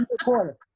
quarter